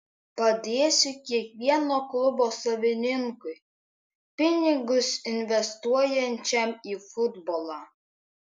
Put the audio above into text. padėsiu kiekvieno klubo savininkui pinigus investuojančiam į futbolą